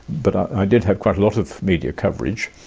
but i did have quite a lot of media coverage,